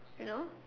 you know